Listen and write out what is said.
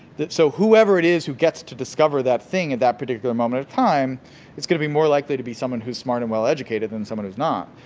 so, whoever it is who gets to discover that thing in that particular moment of time is gonna be more likely to be someone who's smart and well-educated than someone who's not,